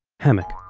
hammock.